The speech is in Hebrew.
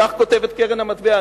כך כותבת קרן המטבע,